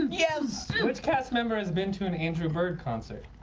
yes. which cast member has been to an andrew bird concert.